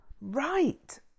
Right